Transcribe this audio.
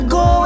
go